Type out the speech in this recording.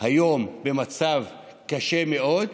היום במצב קשה מאוד,